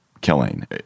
killing